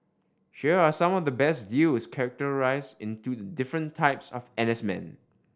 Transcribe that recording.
here are some of the best deals categorised into the different types of N S men